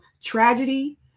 tragedy